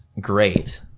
great